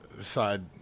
side